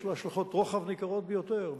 יש לה השלכות רוחב ניכרות ביותר.